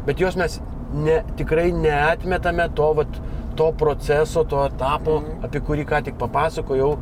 bet juos mes ne tikrai neatmetame to vat to proceso to etapo apie kurį ką tik papasakojau